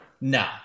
No